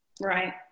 Right